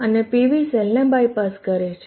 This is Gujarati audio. અને PV સેલને બાયપાસ કરે છે